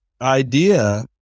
idea